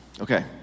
Okay